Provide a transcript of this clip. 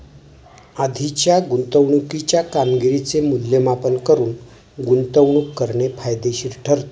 आधीच्या गुंतवणुकीच्या कामगिरीचे मूल्यमापन करून गुंतवणूक करणे फायदेशीर ठरते